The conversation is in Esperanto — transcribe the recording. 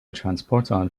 transporton